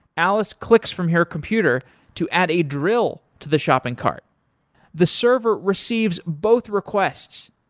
alice clicks from her computer to add a drill to the shopping cart the server receives both requests.